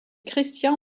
christian